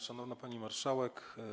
Szanowna Pani Marszałek!